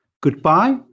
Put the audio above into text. Goodbye